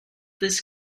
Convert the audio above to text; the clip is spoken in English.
this